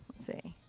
see